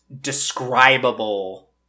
describable